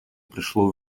пришло